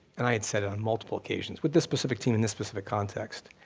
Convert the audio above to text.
and i had said it on multiple occasions with this specific team and this specific context,